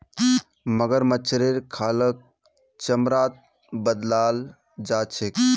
मगरमच्छेर खालक चमड़ात बदलाल जा छेक